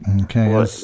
Okay